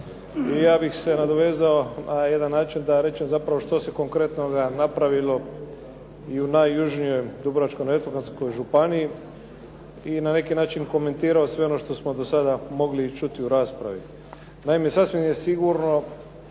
i ja bih se nadovezao na jedan način da rečem zapravo što se konkretnoga napravilo i u najjužnijoj Dubrovačko-neretvanskoj županiji i na neki način komentirao sve ono što smo do sada mogli čuti u raspravi. Naime, sasvim je sigurno